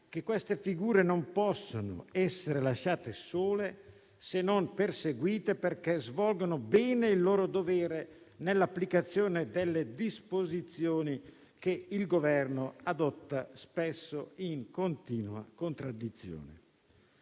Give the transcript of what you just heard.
che queste figure non possono essere lasciate sole e non possono essere perseguite se svolgono bene il loro dovere nell'applicazione delle disposizioni che il Governo adotta spesso in continua contraddizione.